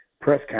press